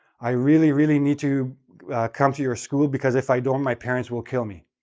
i really, really need to come to your school because if i don't, my parents will kill me.